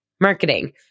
marketing